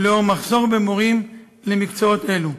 לאור מחסור במורים למקצועות אלה.